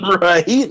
Right